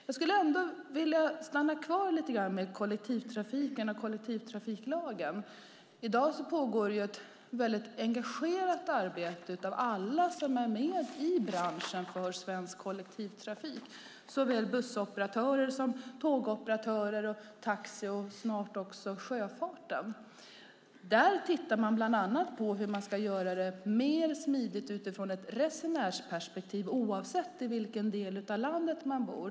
Jag skulle gärna vilja uppehålla mig ytterligare lite grann vid kollektivtrafiken och kollektivtrafiklagen. I dag pågår ett väldigt engagerat arbete för svensk kollektivtrafik av alla som är med i branschen. Det gäller såväl bussoperatörer som tågoperatörer liksom taxi och snart också sjöfarten. Där tittar man bland annat på hur man ska göra det mer smidigt utifrån ett resenärsperspektiv oavsett i vilken del av landet man bor.